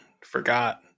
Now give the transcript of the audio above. forgot